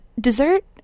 dessert